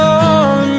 on